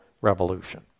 Revolution